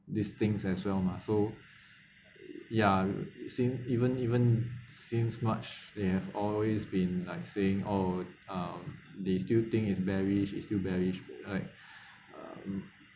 these things as well mah so ya same even even since march they have always been like saying oh uh they still think is bearish its still bearish right um